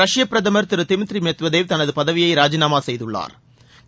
ரஷ்ய பிரதம் திரு திமித்ரி மெத்வதேவ் தனது பதவியை ராஜினாமா செய்துள்ளாா்